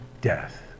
death